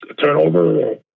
turnover